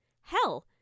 Hell